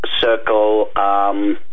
circle